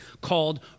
called